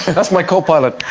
and that's my co-pilot